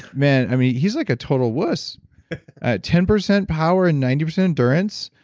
man, i mean, he's like a total wuss. at ten percent power and ninety percent endurance?